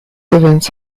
events